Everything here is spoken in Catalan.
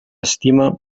estima